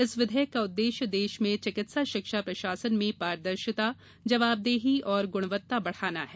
इस विधेयक का उद्देश्य देश में चिकित्सा शिक्षा प्रशासन में पारदर्शिता जवाबदेही और गुणवत्ता बढ़ाना है